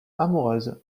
amoureuse